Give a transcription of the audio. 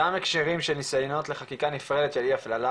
גם הקשרים של ניסיונות לחקיקה נפרדת של אי הפללה,